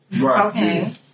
Okay